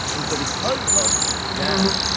and so because of that,